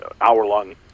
hour-long